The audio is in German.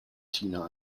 tina